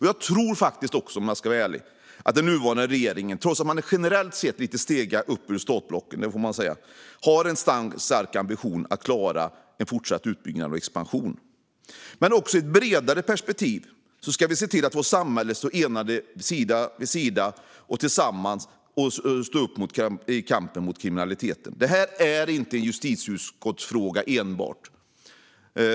Jag tror faktiskt också, om jag ska vara ärlig, att den nuvarande regeringen, trots att man generellt sett är lite seg upp ur startblocken, har en stark ambition att klara en fortsatt utbyggnad och expansion. Också i ett bredare perspektiv ska vi se till att vi i vårt samhälle står enade sida vid sida i kampen mot kriminaliteten. Det här är inte enbart en justitieutskottsfråga.